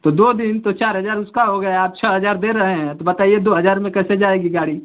तो दो दिन तो चार हज़ार उसका हो गया अब छ हज़ार दे रहे हैं तो बताइए दो हज़ार में कैसे जाएगी गाड़ी